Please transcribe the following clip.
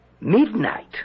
Midnight